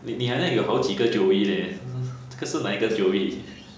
你你好像有好几个 joey leh 这个是哪一个 joey